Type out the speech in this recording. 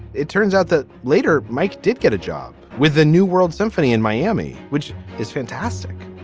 it turns out that later mike did get a job with the new world symphony in miami which is fantastic.